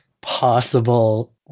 possible